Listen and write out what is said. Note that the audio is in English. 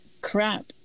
Crap